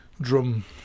drum